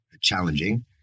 challenging